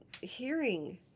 hearing